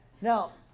Now